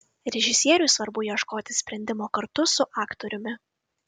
režisieriui svarbu ieškoti sprendimo kartu su aktoriumi